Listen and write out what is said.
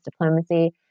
diplomacy